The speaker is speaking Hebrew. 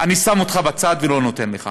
אני שם אותך בצד ולא נותן לך.